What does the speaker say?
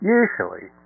usually